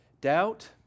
Doubt